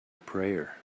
prayer